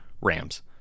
Rams